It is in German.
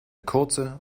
kurze